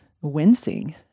wincing